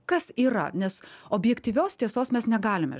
kas yra nes objektyvios tiesos mes negalime